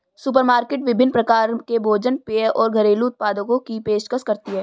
supermarket विभिन्न प्रकार के भोजन पेय और घरेलू उत्पादों की पेशकश करती है